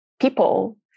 People